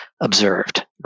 observed